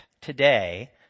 today